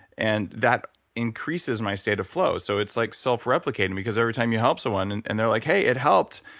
and that increases my state of flow. so it's like self replicating because every time you help someone and and they're like, hey, it helped,